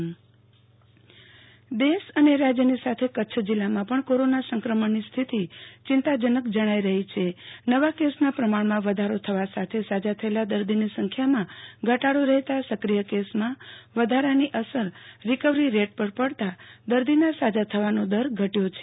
આરતી Bhatt recovery rate ઘટાડો કચ્છ દેશ અને રાજ્યની સાથે કચ્છ જિલ્લામાં પણ કોરોના સંક્રમણની સ્થિતિ ચિંતાજનક જણાઈ રહી છે નવા કેસના પ્રમાણમાં વધારો થવા સાથે સાજા થયેલા દર્દીની સંખ્યામાં ઘટાડો રહેતા સક્રિય કેસમાં વધારાની અસર રીકવરી રેટ પર પડતા દર્દીના સાજા થવાનો દર ઘટ્યો છે